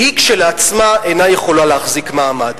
היא כשלעצמה אינה יכולה להחזיק מעמד.